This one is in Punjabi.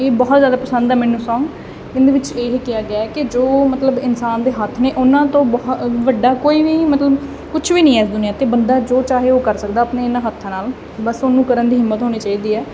ਇਹ ਬਹੁਤ ਜ਼ਿਆਦਾ ਪਸੰਦ ਆ ਮੈਨੂੰ ਸੌਂਗ ਇਹਦੇ ਵਿੱਚ ਇਹ ਕਿਹਾ ਗਿਆ ਕਿ ਜੋ ਮਤਲਬ ਇਨਸਾਨ ਦੇ ਹੱਥ ਨੇ ਉਹਨਾਂ ਤੋਂ ਬਹੁ ਵੱਡਾ ਕੋਈ ਵੀ ਮਤਲਬ ਕੁਛ ਵੀ ਨਹੀਂ ਇਸ ਦੁਨੀਆਂ 'ਤੇ ਬੰਦਾ ਜੋ ਚਾਹੇ ਉਹ ਕਰ ਸਕਦਾ ਆਪਣੇ ਇਹਨਾਂ ਹੱਥਾਂ ਨਾਲ ਬਸ ਉਹਨੂੰ ਕਰਨ ਦੀ ਹਿੰਮਤ ਹੋਣੀ ਚਾਹੀਦੀ ਹੈ